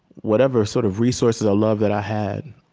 whatever sort of resources or love that i had,